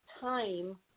time